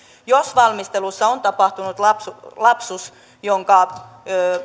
jos valmistelussa on tapahtunut lapsus lapsus jonka